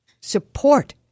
Support